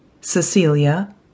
Cecilia